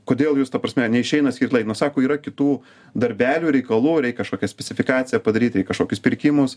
kodėl jūs ta prasme neišeina skirt lai nu sako yra kitų darbelių reikalų reik kažkokią specifikaciją padaryt tai kažkokius pirkimus